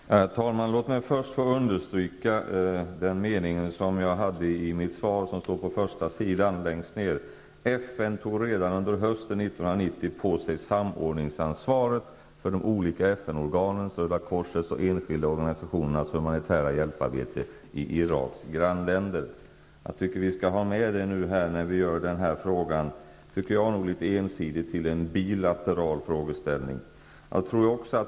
Herr talman! Låt mig först understryka den mening som börjar längst ner på första sidan i det utdelade svaret: ''FN tog redan under hösten 1990 på sig samordningsansvaret för de olika FN-organens, Röda korsets och enskilda organisationers humanitära hjälparbete i Iraks grannländer.'' Jag tycker att man skall ha med detta nu, när man enligt min mening litet ensidigt gör frågan till en bilateral fråga.